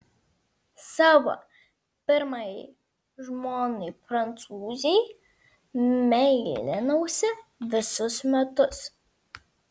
savo pirmajai žmonai prancūzei meilinausi visus metus